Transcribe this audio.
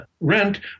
rent